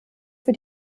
für